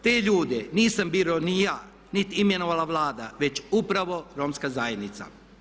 Te ljude nisam birao ni ja, niti imenovala Vlada već upravo Romska zajednica.